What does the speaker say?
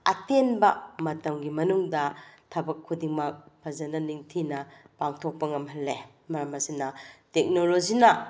ꯑꯇꯦꯟꯕ ꯃꯇꯝꯒꯤ ꯃꯅꯨꯡꯗ ꯊꯕꯛ ꯈꯨꯗꯤꯡꯃꯛ ꯐꯖꯅ ꯅꯤꯡꯊꯤꯅ ꯄꯥꯡꯊꯣꯛꯄ ꯉꯝꯍꯜꯂꯦ ꯃꯔꯝ ꯑꯁꯤꯅ ꯇꯦꯛꯅꯣꯂꯣꯖꯤꯅ